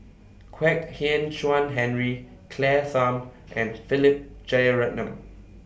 Kwek Hian Chuan Henry Claire Tham and Philip Jeyaretnam